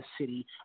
City